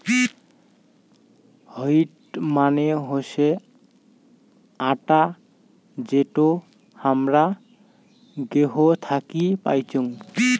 wheat মানে হসে আটা যেটো হামরা গেহু থাকি পাইচুং